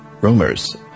Rumors